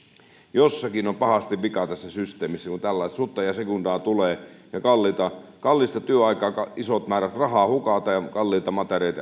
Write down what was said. jossakin on pahasti vikaa tässä systeemissä kun tällaista sutta ja sekundaa tulee ja kallista työaikaa isot määrät rahaa hukataan ja kalliita